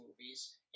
movies